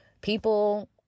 People